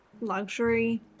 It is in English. luxury